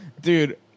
Dude